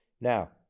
Now